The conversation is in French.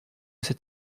cet